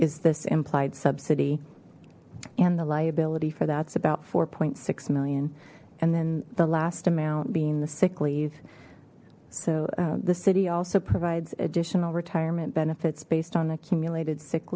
is this implied subsidy and the liability for that's about four six million and then the last amount being the sick leave so the city also provides additional retirement benefits based on the accumulated sick